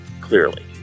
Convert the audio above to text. clearly